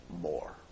more